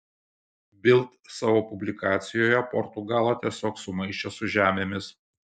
bild savo publikacijoje portugalą tiesiog sumaišė su žemėmis